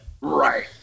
Right